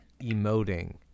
emoting